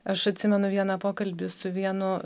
aš atsimenu vieną pokalbį su vienu